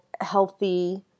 healthy